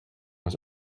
was